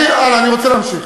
אני רוצה להמשיך.